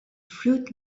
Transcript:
fruit